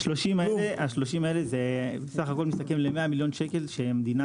ה-30 האלה מסתכם ל-100 מיליון שקל שהמדינה